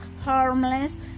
harmless